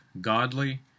godly